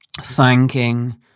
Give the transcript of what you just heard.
thanking